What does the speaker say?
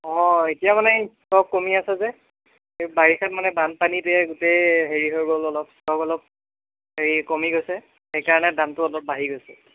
অঁ এতিয়া মানে এই ষ্ট'ক কমি আছে যে এই বাৰিষাত মানে বানপানীতে গোটেই হেৰি হৈ গ'ল অলপ অলপ অলপ এই কমি গৈছে সেইকাৰণে দামটো অলপ বাঢ়ি গৈছে